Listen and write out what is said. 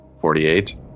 forty-eight